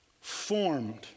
Formed